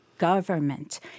government